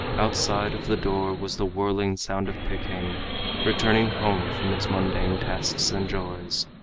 outside of the door was the whirling sound of peking returning home from its mundane tasks and joys.